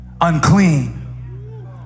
Unclean